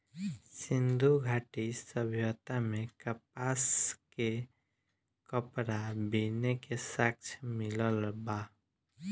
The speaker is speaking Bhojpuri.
सिंधु घाटी सभ्यता में कपास के कपड़ा बीने के साक्ष्य मिलल बा